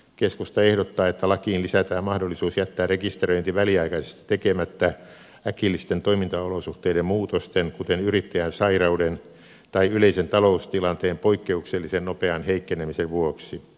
keskusta ehdottaa että lakiin lisätään mahdollisuus jättää rekisteröinti väliaikaisesti tekemättä äkillisten toimintaolosuhteiden muutosten kuten yrittäjän sairauden tai yleisen taloustilanteen poikkeuksellisen nopean heikkenemisen vuoksi